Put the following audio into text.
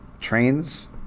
trains